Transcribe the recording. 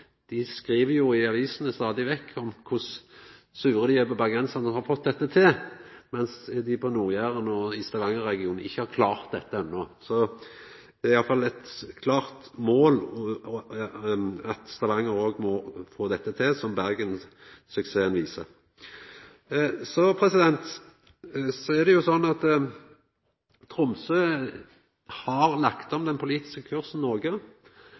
dei skriv stadig vekk i avisene om kor sure dei er på bergensarane som har fått dette til, mens dei på Nord-Jæren og i Stavanger-regionen ikkje har klart dette enno. Det er i alle fall eit klart mål at Stavanger òg skal få til dette som Bergen-suksessen viser. Det er slik at Tromsø har lagt om den politiske kursen noko.